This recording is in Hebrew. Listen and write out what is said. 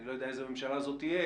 אני לא יודע איזו ממשלה תהיה,